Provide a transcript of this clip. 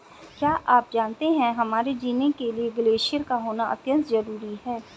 क्या आप जानते है हमारे जीने के लिए ग्लेश्यिर का होना अत्यंत ज़रूरी है?